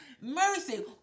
mercy